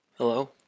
Hello